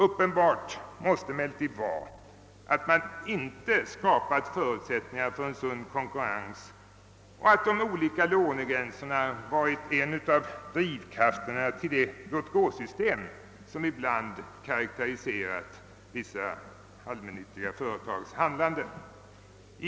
Uppenbart är emellertid att det inte skapats förutsättningar för en sund konkurrens och att de olika lånegränserna får räknas till drivkrafterna bakom det låtgåsystem som ibland lagts till grund för vissa allmännyttiga företags handlande.